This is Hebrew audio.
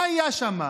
מה היה שם?